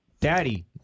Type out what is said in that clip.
Daddy